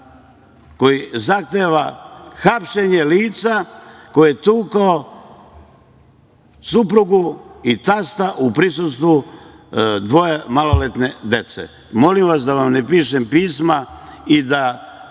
koji zahteva hapšenje lica koje je tuklo suprugu i tasta u prisustvu dvoje maloletne dece. Molim vas da vam ne pišem pisma i da